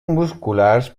musculars